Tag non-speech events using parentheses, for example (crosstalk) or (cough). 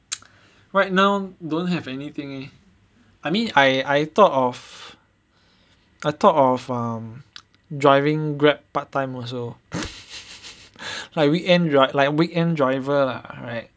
(noise) right now don't have anything eh I mean I thought of I thought of um driving Grab part time also like weekend right like weekend driver lah right